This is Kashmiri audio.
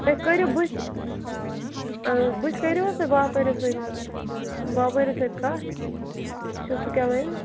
تُہۍ کٔرِو بٕتھِ اۭں بٕتھِ کٔرِو حظ تُہۍ باپٲرِس سۭتۍ باپٲرِس سۭتۍ کَتھ وٕچھِو سُہ کیٛاہ وَنہِ